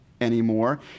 anymore